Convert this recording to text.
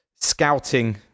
scouting